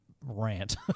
rant